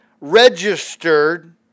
registered